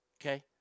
okay